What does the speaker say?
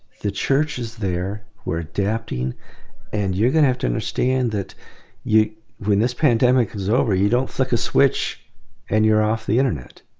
the church is there. we're adapting and you're gonna have to understand that when this pandemic is over, you don't flick a switch and you're off the internet.